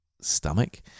stomach